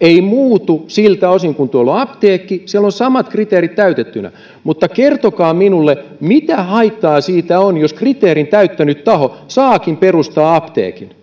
ei tulisi muutosta siltä osin kun tuolla on apteekki siellä on samat kriteerit täytettyinä mutta kertokaa minulle mitä haittaa siitä on jos kriteerin täyttänyt taho saakin perustaa apteekin